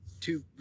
two